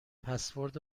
پسورد